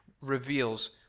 reveals